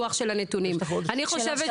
ולשוויון מגדרי): << יור >> תביאי לנו את הפילוח.